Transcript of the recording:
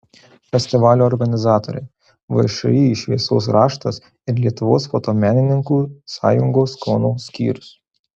festivalio organizatoriai všį šviesos raštas ir lietuvos fotomenininkų sąjungos kauno skyrius